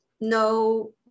no